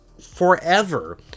forever